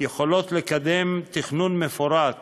יכולות לקדם תכנון מפורט